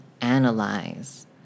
analyze